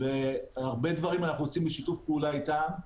והרבה דברים אנחנו עושים בשיתוף פעולה איתם.